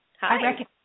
Hi